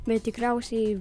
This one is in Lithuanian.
bet tikriausiai